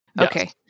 Okay